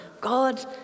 God